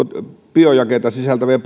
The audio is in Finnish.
biojakeita sisältäviä